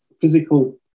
physical